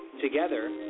Together